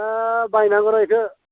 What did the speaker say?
दा बायनांगौ र' इखौ